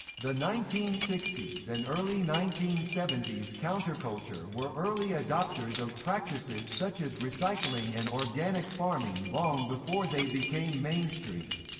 the nineteen sixty s and early nineteen seventy s counterculture were early adopters of practices such as recycling and organic farming long before they became mainstream.